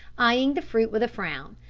eyeing the fruit with a frown.